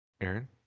Aaron